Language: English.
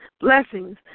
blessings